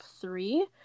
three